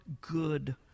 good